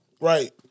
Right